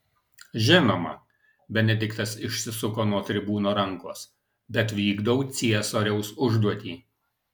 žinoma benediktas išsisuko nuo tribūno rankos bet vykdau ciesoriaus užduotį